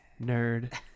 nerd